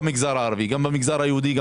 במיוחד לאור המספרים הגואים לאחרונה של מעשי רצח,